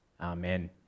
Amen